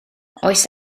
oes